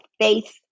faith